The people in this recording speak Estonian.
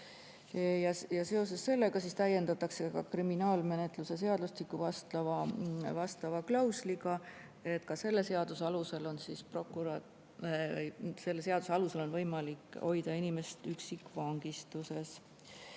ajal. Seetõttu täiendatakse kriminaalmenetluse seadustikku vastava klausliga, nii et selle seaduse alusel on võimalik hoida inimest üksikvangistuses.